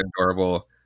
adorable